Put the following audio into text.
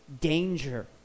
danger